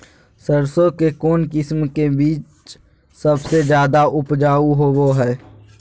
सरसों के कौन किस्म के बीच सबसे ज्यादा उपजाऊ होबो हय?